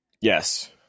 Yes